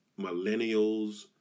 millennials